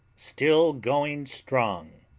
still going strong